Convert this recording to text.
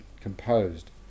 composed